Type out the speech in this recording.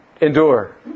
endure